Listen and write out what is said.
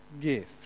gift